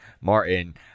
Martin